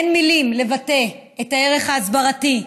אין מילים לבטא את הערך ההסברתי,